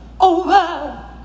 Over